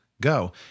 go